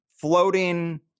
floating